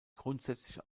grundsätzlich